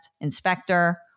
inspector